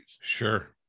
Sure